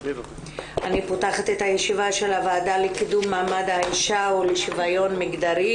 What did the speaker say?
אני פותחת את הישיבה של הוועדה לקידום מעמד האישה ולשוויון מגדרי.